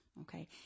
Okay